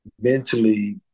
mentally